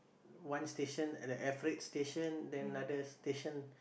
one station at the air freight station then another station